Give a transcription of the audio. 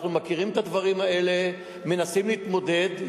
אנחנו מכירים את הדברים האלה ומנסים להתמודד.